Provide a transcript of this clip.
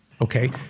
Okay